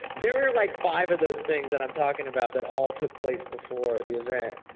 there were like five of those things that i'm talking about that all took place before the event.